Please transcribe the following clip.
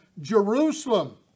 Jerusalem